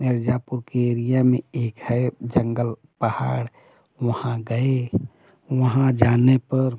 मिर्जापुर के एरिया में एक है जंगल पहाड़ वहाँ गए वहाँ जाने पर